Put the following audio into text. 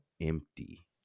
empty